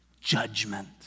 Judgment